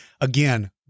Again